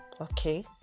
okay